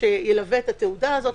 שילווה את התעודה הזאת.